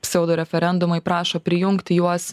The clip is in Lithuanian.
pseudoreferendumai prašo prijungti juos